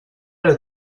era